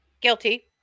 guilty